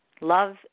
Love